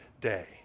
day